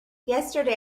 yesterday